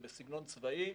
בסגנון צבאי.